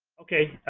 okay,